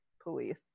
police